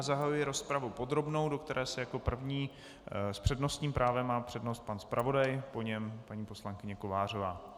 Zahajuji rozpravu podrobnou, do které se jaké první, s přednostním právem má přednost pan zpravodaj, po něm paní poslankyně Kovářová.